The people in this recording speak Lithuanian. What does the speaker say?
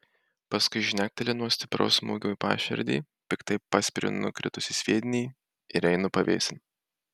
paskui žnekteliu nuo stipraus smūgio į paširdį piktai paspiriu nukritusį sviedinį ir einu pavėsin